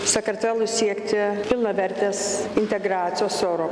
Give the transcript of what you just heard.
sakartvelui siekti pilnavertės integracijos oro